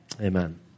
Amen